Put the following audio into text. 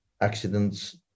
accidents